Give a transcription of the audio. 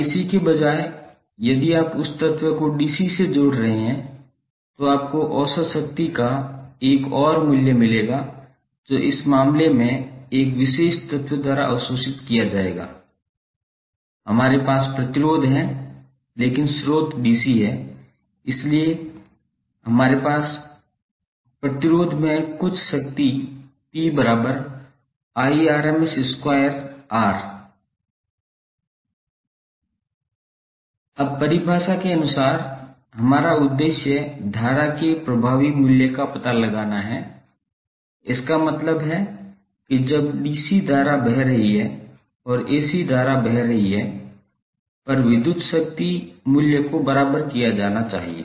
अब AC के बजाय यदि आप उस तत्व को DC से जोड़ रहे हैं तो आपको औसत शक्ति का एक और मूल्य मिलेगा जो इस मामले में एक विशेष तत्व द्वारा अवशोषित किया जाएगा हमारे पास प्रतिरोध है लेकिन स्रोत DC है इसलिए हमारे पास प्रतिरोध में कुछ शक्ति है 𝑃 अब परिभाषा के अनुसार हमारा उद्देश्य धारा के प्रभावी मूल्य का पता लगाना है इसका मतलब है कि जब DC धारा बह रही है और AC धारा बह रही है पर विद्युत शक्ति मूल्य को बराबर किया जाना चाहिए